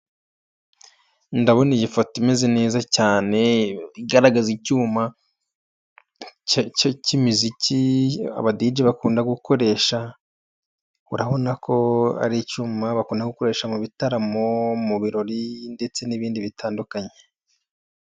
Ndabona iyi foto imeze neza cyane igaragaza icyuma cy'imiziki abadije bakunda gukoresha, urabona ko ari icyuma bakunda gukoresha mu bitaramo, mu birori ndetse n'ibindi bitandukanye.